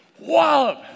Wallop